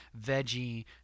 veggie